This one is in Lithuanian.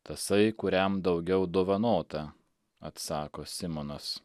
tasai kuriam daugiau dovanota atsako simonas